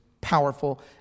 powerful